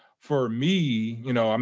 for me, you know, um